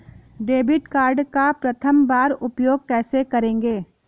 Debit card का प्रथम बार उपयोग कैसे करेंगे?